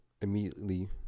immediately